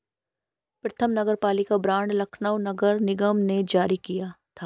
प्रथम नगरपालिका बॉन्ड लखनऊ नगर निगम ने जारी किया था